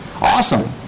Awesome